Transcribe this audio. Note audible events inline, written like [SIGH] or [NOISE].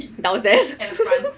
downstairs [LAUGHS]